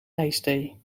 ijsthee